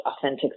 authentic